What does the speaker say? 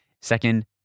Second